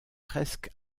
presque